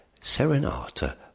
Serenata